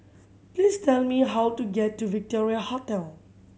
please tell me how to get to Victoria Hotel